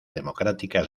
democráticas